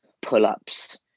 pull-ups